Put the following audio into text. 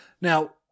Now